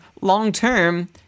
long-term